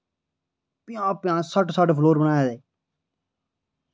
प'ञां प'ञां सट्ठ सट्ठ फ्लोर बनाए दे